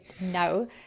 no